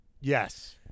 Yes